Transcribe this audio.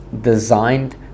designed